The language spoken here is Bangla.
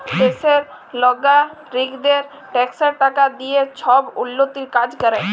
দ্যাশের লগারিকদের ট্যাক্সের টাকা দিঁয়ে ছব উল্ল্যতির কাজ ক্যরে